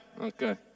Okay